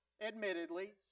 Admittedly